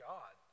God